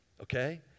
okay